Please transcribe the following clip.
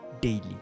daily